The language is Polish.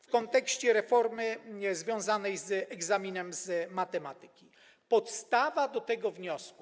W kontekście reformy związanej z egzaminem z matematyki: podstawa tego wniosku.